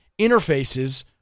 interfaces